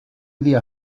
día